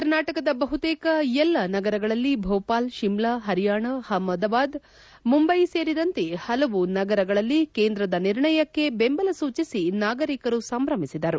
ಕರ್ನಾಟಕದ ಬಹುತೇಕ ಎಲ್ಲ ನಗರಗಳಲ್ಲಿ ಭೋಪಾಲ್ ಶಿಮ್ಲಾ ಹರಿಯಾಣ ಅಹಮದಾಬಾದ್ ಮುಂಬಯಿ ಸೇರಿದಂತೆ ಹಲವಾರು ನಗರಗಳಲ್ಲಿ ಕೇಂದ್ರದ ನಿರ್ಣಯಕ್ಕೆ ಬೆಂಬಲ ಸೂಚಿಸಿ ನಾಗರಿಕರು ಸಂಭ್ರಮಿಸಿದರು